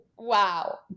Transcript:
Wow